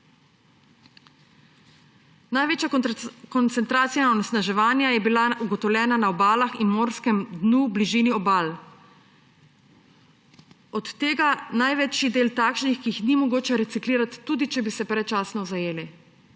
Največja koncentracija onesnaževanja je bila ugotovljena na obalah in morskem dnu v bližini obal. Od tega največji del takšnih, ki jih ni mogoče reciklirati, tudi če bi se predčasno zajeli.